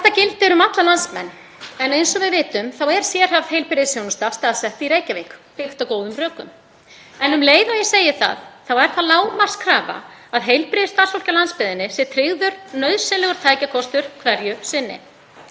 Þetta gildir um alla landsmenn en eins og við vitum er sérhæfð heilbrigðisþjónusta staðsett í Reykjavík, og það er byggt á góðum rökum. En um leið og ég segi það er það lágmarkskrafa að heilbrigðisstarfsfólki á landsbyggðinni sé tryggður nauðsynlegur tækjakostur hverju sinni.